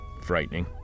frightening